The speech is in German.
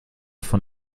von